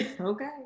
okay